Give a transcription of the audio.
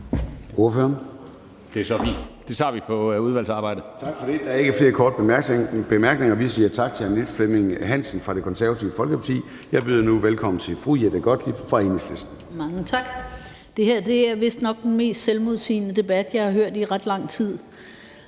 her er vistnok den mest selvmodsigende debat, jeg har hørt i ret lang tid,